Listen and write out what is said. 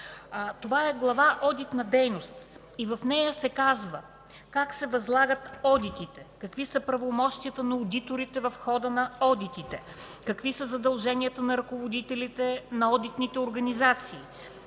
Това е Глава „Одитна дейност” и в нея се казва как се възлагат одитите, какви са правомощията на одиторите в хода на одита, какви са задълженията на ръководителите на одитните организации,